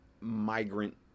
migrant